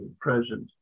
present